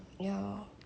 ya lor